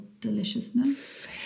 deliciousness